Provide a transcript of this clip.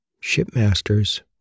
Shipmasters